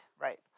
Right